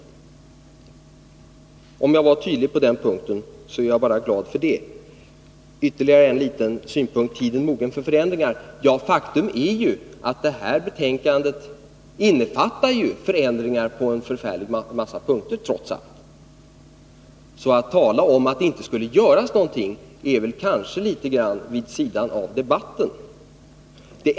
Om jag var tydlig på den punkten, är jag bara glad för det. Ytterligare en liten synpunkt. Är tiden mogen för förändringar? Ja, faktum är ju att betänkandet innefattar förändringar på en förfärlig massa punkter, trots allt. Att tala om att det inte skulle göras någonting är väl ändå att gå litet grand vid sidan av debatten.